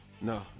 No